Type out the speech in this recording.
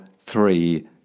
three